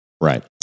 Right